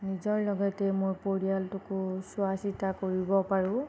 নিজৰ লগতে মোৰ পৰিয়ালটোকো চোৱা চিতা কৰিব পাৰোঁ